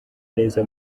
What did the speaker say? neza